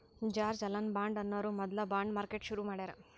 George Alan Bond ಅನ್ನೋರು ಮೊದ್ಲ bond market ಶುರು ಮಾಡ್ಯಾರ್